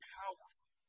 powerful